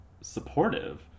supportive